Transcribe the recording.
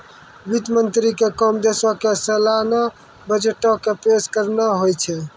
वित्त मंत्री के काम देशो के सलाना बजटो के पेश करनाय होय छै